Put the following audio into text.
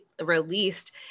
released